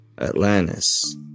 Atlantis